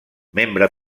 membre